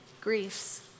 griefs